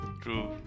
True